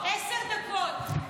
עשר דקות.